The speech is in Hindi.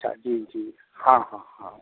अच्छा जी जी हाँ हाँ हाँ